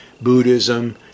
Buddhism